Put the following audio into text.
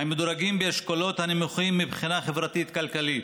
המדורגים באשכולות הנמוכים מבחינה חברתית-כלכלית.